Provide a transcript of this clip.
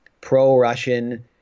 pro-Russian